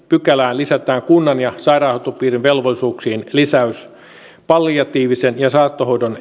pykälään lisätään kunnan ja sairaanhoitopiirin velvollisuuksiin lisäys palliatiivisen ja saattohoidon